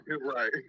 Right